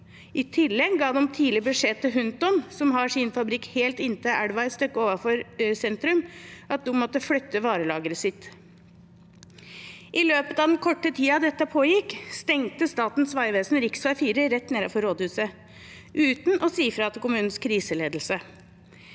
I tillegg ga de tidlig beskjed til Hunton, som har sin fabrikk helt inntil elva et stykke ovenfor sentrum, om at de måtte flytte varelageret sitt. I løpet av den korte tiden dette pågikk, stengte Statens vegvesen rv. 4 rett nedenfor rådhuset uten å si fra til kommunens kriseledelse.